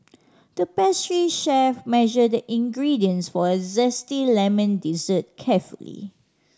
the pastry chef measured the ingredients for a zesty lemon dessert carefully